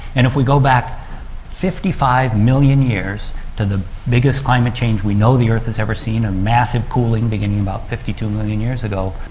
and if we go back fifty five million years to the biggest climate change we know the earth has ever seen, a massive cooling beginning about fifty two million years ago,